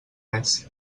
res